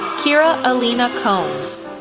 kira alina combs,